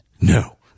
no